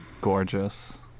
gorgeous